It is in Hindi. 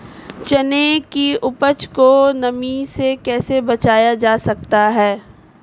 चने की उपज को नमी से कैसे बचाया जा सकता है?